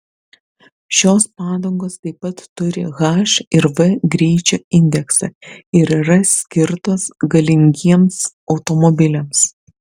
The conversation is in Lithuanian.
šios padangos taip pat turi h ir v greičio indeksą ir yra skirtos galingiems automobiliams